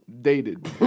Dated